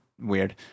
weird